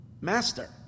Master